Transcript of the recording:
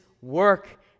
work